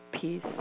peace